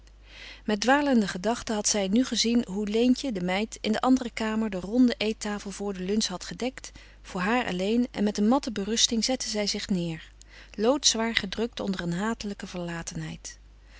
met dwalende gedachten had zij nu gezien hoe leentje de meid in de andere kamer de ronde eettafel voor de lunch had gedekt voor haar alleen en met een matte berusting zette zij zich neêr loodzwaar gedrukt onder een hatelijke